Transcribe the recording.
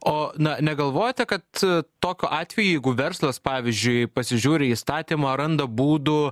o na negalvojate kad tokiu atveju jeigu verslas pavyzdžiui pasižiūri į įstatymą randa būdų